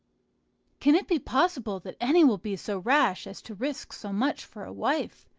can it be possible that any will be so rash as to risk so much for a wife?